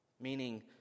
meaning